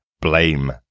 blame